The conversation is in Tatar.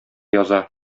яза